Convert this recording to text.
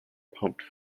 pumped